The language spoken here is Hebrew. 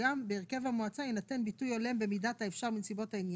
שגם בהרכב המועצה יינתן ביטוי הולם במידת האפשר בנסיבות העניין,